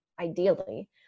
ideally